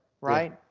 right